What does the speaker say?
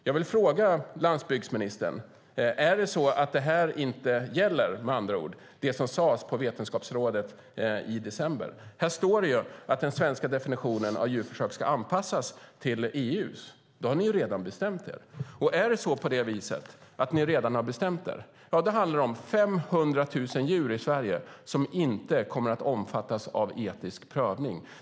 Jag vill fråga landsbygdsministern: Är det med andra ord så att det som sades på Vetenskapsrådet i december inte gäller? Här står att den svenska definitionen av djurförsök ska anpassas till EU:s. Då har ni ju redan bestämt er. Är det på det viset handlar det om 500 000 djur i Sverige som inte kommer att omfattas av etisk prövning.